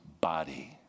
body